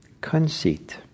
conceit